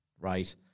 right